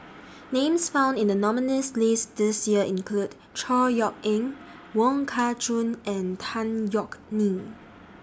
Names found in The nominees' list This Year include Chor Yeok Eng Wong Kah Chun and Tan Yeok Nee